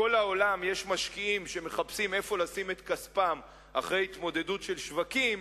כשבכל העולם יש משקיעים שמחפשים איפה לשים את כספם בהתמודדות על שווקים,